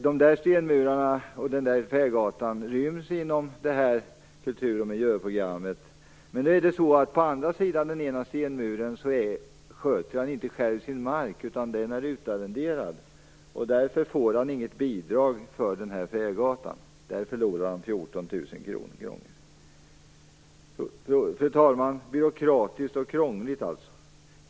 Dessa stenmurar och denna fägata ryms inom detta kultur och miljöprogrammet. Men på andra sidan om den ena stenmuren sköter han inte själv sin mark, utan den är utarrenderad. Därför får han inget bidrag för denna fägata. På detta förlorar han 14 000 kr. Fru talman! Det är alltså byråkratiskt och krångligt.